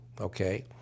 okay